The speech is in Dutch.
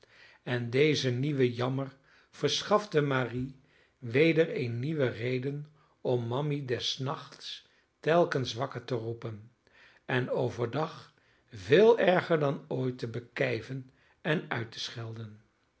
en deze nieuwe jammer verschafte marie weder eene nieuwe reden om mammy des nachts telkens wakker te roepen en over dag veel erger dan ooit te bekijven en uit te schelden